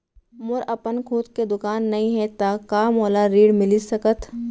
मोर अपन खुद के दुकान नई हे त का मोला ऋण मिलिस सकत?